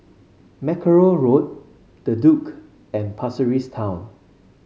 Mackerrow Road The Duke and Pasir Ris Town